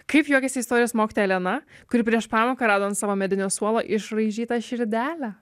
kaip juokiasi istorijos mokytoja elena kuri prieš pamoką rado ant savo medinio suolo išraižytą širdelę